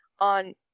on